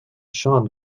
sean